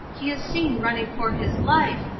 he is seen running for his life,